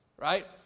Right